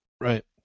Right